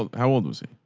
how old was he? oh,